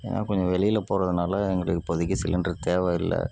ஏன்னால் கொஞ்சம் வெளியில் போகிறதுனால எங்களுக்கு இப்போதிக்கு சிலிண்டர் தேவையில்ல